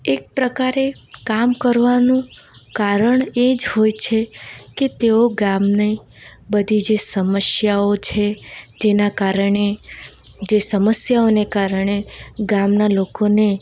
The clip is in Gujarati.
એક પ્રકારે કામ કરવાનું કારણ એ જ હોય છે કે તેઓ ગામને બધી જે સમસ્યાઓ છે તેનાં કારણે જે સમસ્યાઓને કારણે ગામનાં લોકોને